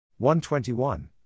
121